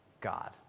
God